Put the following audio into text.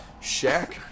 Shaq